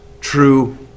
true